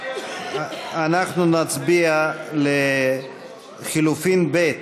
אנחנו נצביע על לחלופין (ב),